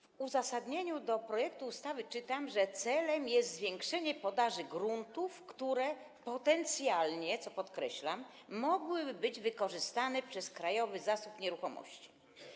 W uzasadnieniu projektu ustawy czytam, że celem jest zwiększenie podaży gruntów, które potencjalnie - co podkreślam - mogłyby być wykorzystane przez Krajowy Zasób Nieruchomości.